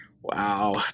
Wow